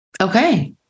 Okay